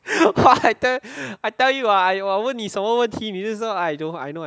!wah! I tell I tell you ah I 我问你什么问题你就说 I don't know